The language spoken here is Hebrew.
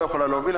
לא יכולה להוביל.